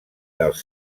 dels